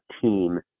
team